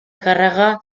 càrrega